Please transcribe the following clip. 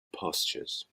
pastures